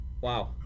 Wow